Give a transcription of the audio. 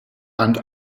and